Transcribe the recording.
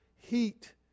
heat